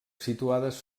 situades